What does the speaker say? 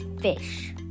fish